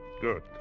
Good